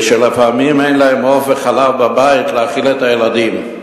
ושלפעמים אין להם עוף וחלב בבית להאכיל את הילדים.